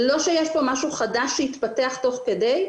זה לא שיש כאן משהו חדש שהתפתח תוך כדי.